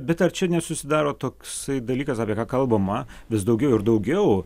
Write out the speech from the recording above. bet ar čia nesusidaro toks dalykas apie ką kalbama vis daugiau ir daugiau